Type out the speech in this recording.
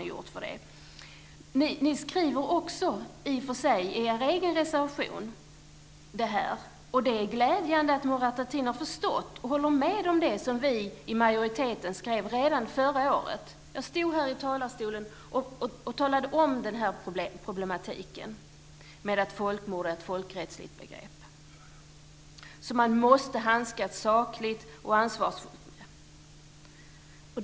De skriver i och för sig också detta i sin egen reservation, och det är glädjande att Murad Artin har förstått och håller med om det som vi i majoriteten skrev redan förra året. Jag stod här i talarstolen och talade om den här problematiken med att folkmord är ett folkrättsligt begrepp som man måste handskas sakligt och ansvarsfullt med.